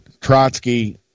Trotsky